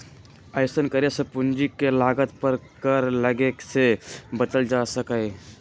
अइसन्न करे से पूंजी के लागत पर कर लग्गे से बच्चल जा सकइय